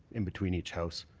in between each house.